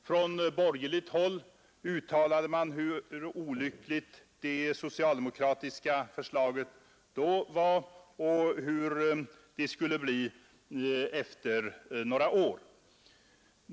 Från borgerligt håll uttalade man hur olyckligt det socialdemokratiska förslaget då var och hur det skulle bli efter några år.